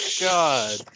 God